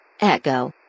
Echo